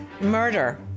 Murder